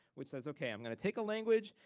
which says okay i'm gonna take a language,